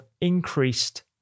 increased